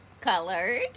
colored